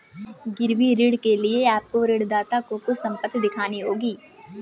गिरवी ऋण के लिए आपको ऋणदाता को कुछ संपत्ति दिखानी होगी